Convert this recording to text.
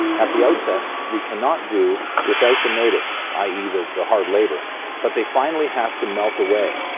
at the outset, we cannot do without the natives i e. the the hard labor but they finally have to melt away.